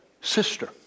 sister